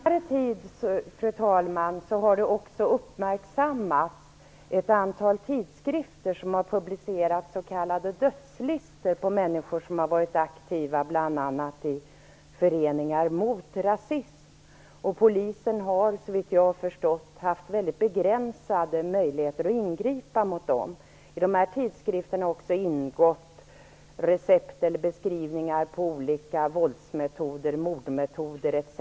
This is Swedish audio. Fru talman! På senare tid har det också uppmärksammats ett antal tidskrifter som har publicerat s.k. dödslistor på människor som har varit aktiva bl.a. i föreningar mot rasism. Polisen har, såvitt jag har förstått, haft mycket begränsade möjligheter att ingripa mot dem. I dessa tidskrifter har också ingått recept eller beskrivningar på olika våldsmetoder, mordmetoder etc.